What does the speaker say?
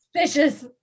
suspicious